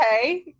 Okay